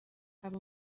aba